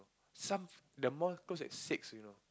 some the mall close at six you know